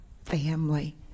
Family